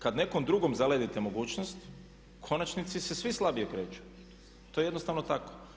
Kada nekom drugom zaledite mogućnost u konačnici se svi slabije kreću, to je jednostavno tako.